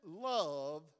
love